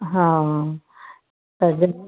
हा